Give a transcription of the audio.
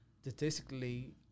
statistically